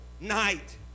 night